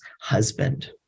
husband